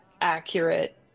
accurate